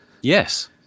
Yes